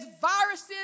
viruses